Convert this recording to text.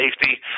safety